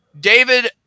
David